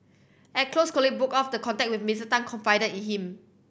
at close colleague broke off the contact with Mister Tan confided in him